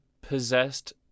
possessed